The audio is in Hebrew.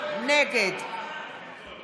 נגד